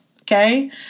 okay